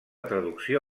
traducció